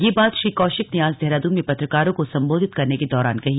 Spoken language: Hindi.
यह बात श्री कौशिक ने आज देहरादून में पत्रकारों को सम्बोधित करने के दौरान कही